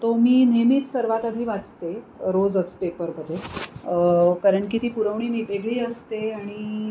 तो मी नेहमीच सर्वात आधी वाचते रोजच पेपरमध्ये कारण की ती पुरवणी वेगळी असते आणि